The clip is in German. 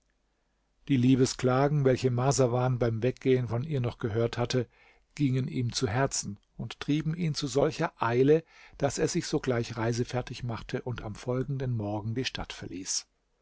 die liebesklagen welche marsawan beim weggehen von ihr noch gehört hatte gingen ihm zu herzen und trieben ihn zu solcher eile daß er sich sogleich reisefertig machte und am folgenden morgen die stadt verließ